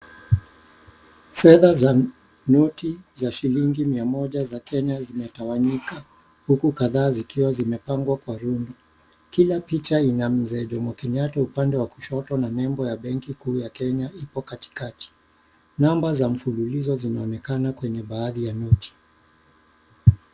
Fedha za noti za shilingi mia moja za Kenya zimetawanyika huku kadhaa zikiwa zimepangwa kwa rundo. Kila picha in mzee Jomo Kenyatta upande wa kushoto na nembo ya benki kuu ya Kenya ipo katikati. Namba za mfululizo zinaonekana kwenye baadhi ya mji.